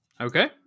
Okay